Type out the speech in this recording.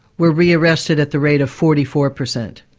were re-arrested at the rate of forty four percent.